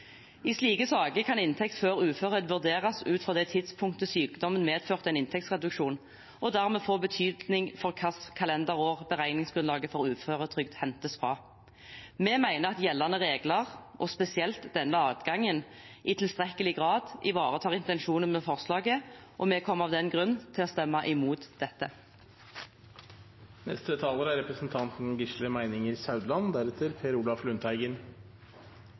I slike saker kan inntekt før uførhet vurderes ut fra det tidspunktet sykdommen medførte en inntektsreduksjon, og dermed få betydning for hvilke kalenderår beregningsgrunnlaget for uføretrygd hentes fra. Vi mener at gjeldende regler, og spesielt denne adgangen, i tilstrekkelig grad ivaretar intensjonen med forslaget, og vi kommer av den grunn til å stemme imot